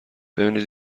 ببینید